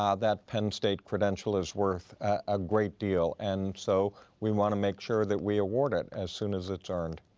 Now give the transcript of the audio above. um that penn state credential is worth a great deal. and so we wanna make sure that we award it as soon as it's earned.